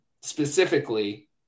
specifically